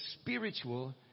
spiritual